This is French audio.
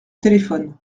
téléphone